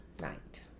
night